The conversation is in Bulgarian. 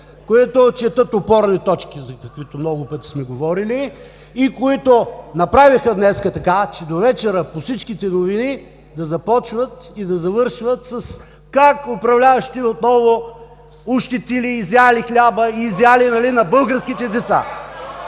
които отчитат опорни точки, за каквито много пъти сме говорили, и които направиха днес така, че довечера по всички новини да започват и да завършват със: как управляващите отново ощетили, изяли хляба на българските деца.